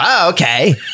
Okay